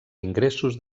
ingressos